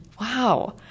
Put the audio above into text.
wow